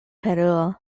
peruo